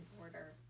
order